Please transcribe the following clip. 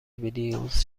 ویلنیوس